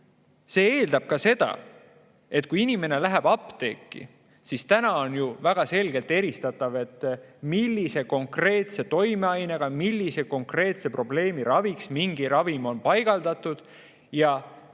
see eeldab ka seda, et kui inimene läheb apteeki, siis on väga selgelt eristatav, millise konkreetse toimeainega ja millise konkreetse probleemi raviks mingi ravim on. Iga kell,